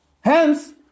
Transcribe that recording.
Hence